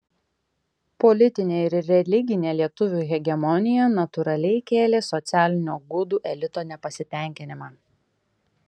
politinė ir religinė lietuvių hegemonija natūraliai kėlė socialinio gudų elito nepasitenkinimą